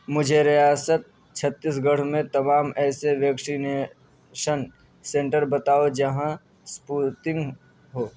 مجھے ریاست چھتیس گڑھ میں تمام ایسے ویکشینیشن سینٹر بتاؤ جہاں اسپوٹنک ہو